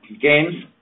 games